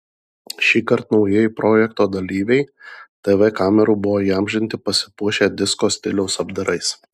šįkart naujieji projekto dalyviai tv kamerų buvo įamžinti pasipuošę disko stiliaus apdarais